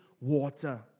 water